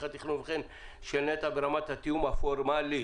התכנון וכן של נת"ע ברמת התיאום הפורמלי.